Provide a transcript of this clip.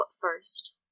first